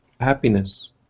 happiness